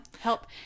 help